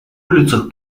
улицах